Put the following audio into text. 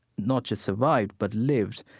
not just survived, but lived,